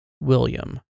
William